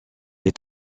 est